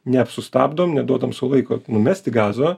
nesustabdom neduodam sau laiko numesti gazo